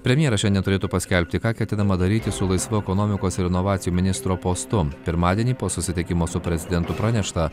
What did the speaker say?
premjeras šiandien turėtų paskelbti ką ketinama daryti su laisvu ekonomikos ir inovacijų ministro postu pirmadienį po susitikimo su prezidentu pranešta